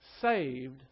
saved